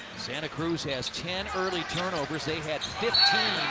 santa cruz has ten early turnovers. they had fifteen